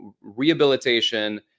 rehabilitation